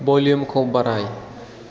भल्युमखौ बाराय